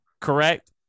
Correct